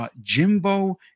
Jimbo